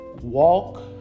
walk